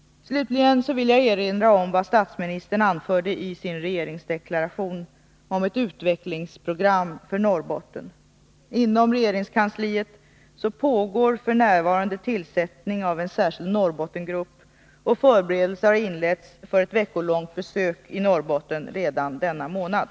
Slutligen vill jag erinra om vad statsministern anförde i sin regeringsdeklaration om ett utvecklingsprogram för Norrbotten. Inom regeringskansliet pågår f. n. tillsättning av en särskild ”Norrbottengrupp”, och förberedelser har inletts för ett veckolångt besök i Norrbotten redan denna månad.